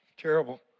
Terrible